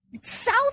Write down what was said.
South